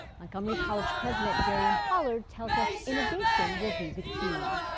montgomery college president derionne pollard tells us innovation will be the key.